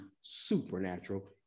supernatural